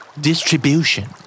Distribution